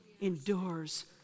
endures